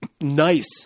nice